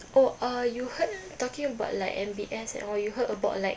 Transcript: oh uh you heard talking about like M_B_S and all you heard about like